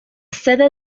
sede